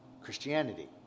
Christianity